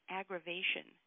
aggravation